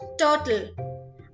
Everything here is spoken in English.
Turtle